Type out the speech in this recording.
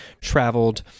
traveled